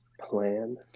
plan